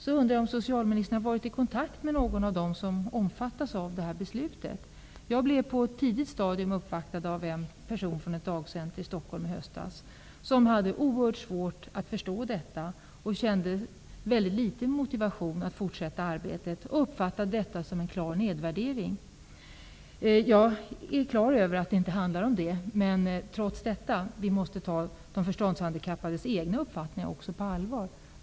Jag undrar om socialministern har varit i kontakt med någon av dem som omfattas av det här beslutet. Jag blev på ett tidigt stadium i höstas uppvaktad av en person från ett dagcenter i Stockholm som hade oerhört svårt att förstå detta, som kände mycket liten motivation att fortsätta arbetet och uppfattade detta som en klar nedvärdering. Jag är på det klara med att det inte handlar om det. Men vi måste trots allt ta de förståndshandikappades egna uppfattningar på allvar.